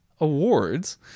Awards